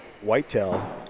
whitetail